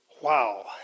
Wow